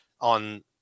on